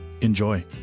Enjoy